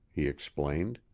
he explained.